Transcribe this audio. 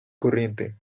corriente